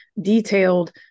detailed